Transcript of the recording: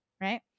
right